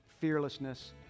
fearlessness